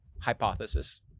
hypothesis